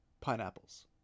pineapples